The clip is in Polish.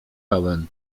pełen